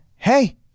Hey